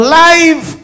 life